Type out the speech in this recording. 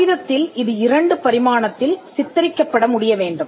காகிதத்தில் இது இரண்டு பரிமாணத்தில் சித்தரிக்கப்பட முடியவேண்டும்